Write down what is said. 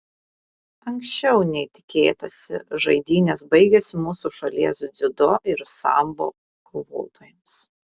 anksčiau nei tikėtasi žaidynės baigėsi mūsų šalies dziudo ir sambo kovotojams